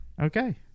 Okay